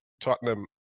Tottenham